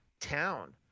town